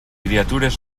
criatures